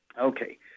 Okay